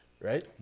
Right